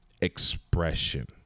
expression